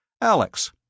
Alex